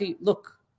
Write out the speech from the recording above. look